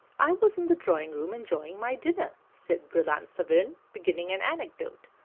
i was in the drawing-room, enjoying my dinner, said brillat-savarin, beginning an anecdote.